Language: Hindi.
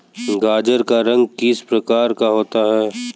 गाजर का रंग किस प्रकार का होता है?